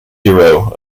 hero